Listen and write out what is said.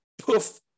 poof